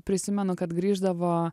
prisimenu kad grįždavo